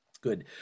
Good